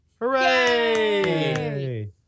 Hooray